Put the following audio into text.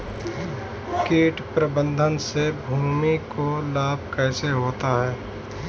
कीट प्रबंधन से भूमि को लाभ कैसे होता है?